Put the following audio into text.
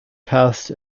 passed